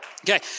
Okay